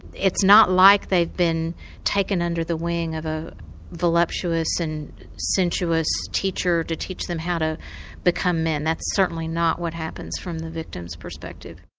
it's not like they've been taken under the wing of a voluptuous and sensuous teacher to teach them how to become men. that certainly is not what happens from the victim's perspective.